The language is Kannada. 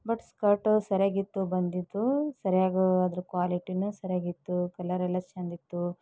ಬಟ್ ಸ್ಕರ್ಟ್ ಸರಿಯಾಗಿತ್ತು ಬಂದಿದ್ದು ಸರಿಯಾಗಿ ಅದರ ಕ್ವಾಲಿಟಿನು ಸರಿಯಾಗಿತ್ತು ಕಲರೆಲ್ಲ ಚೆಂದ ಇತ್ತು